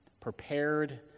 prepared